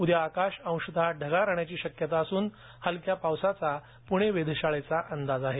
उद्या आकाश अंशतः ढगाळ राहण्याची शक्यता असून हलक्या पावसाचा प्णे वेधशाळेचा अंदाज आहे